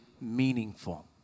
meaningful